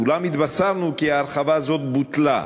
אולם התבשרנו כי הרחבה זו בוטלה.